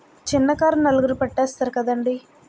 చిన్న కార్ నలుగురు పట్టేస్తారు కదండి